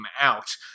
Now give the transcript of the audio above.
out